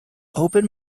open